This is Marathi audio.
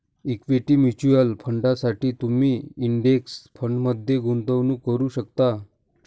इक्विटी म्युच्युअल फंडांसाठी तुम्ही इंडेक्स फंडमध्ये गुंतवणूक करू शकता